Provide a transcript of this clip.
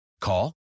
Call